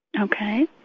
Okay